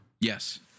Yes